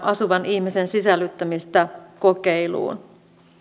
asuvan ihmisen sisällyttämistä kokeiluun